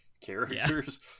characters